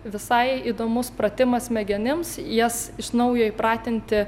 visai įdomus pratimas smegenims jas iš naujo įpratinti